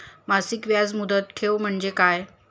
मासिक याज मुदत ठेव म्हणजे काय?